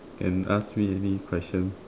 can ask me any question